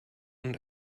und